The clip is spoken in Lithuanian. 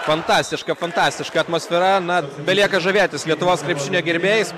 fantastiška fantastiška atmosfera na belieka žavėtis lietuvos krepšinio gerbėjais